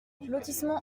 lotissement